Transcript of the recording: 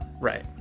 right